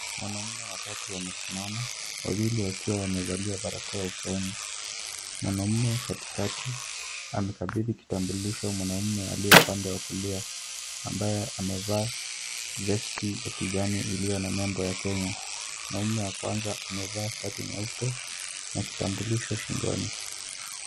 Wanaume watatu wamesimama, wawili wakiwa wamevalia barakoa usoni, mwanamume katikati amekabidhi kitambulisho mwanamume aliye upande wa kulia, ambaye amevaa vesti ya kijani iliyo na nembo ya Kenya. Mwanamume wa kwanza amevaa shati nyeupe na kitambulisho shingoni.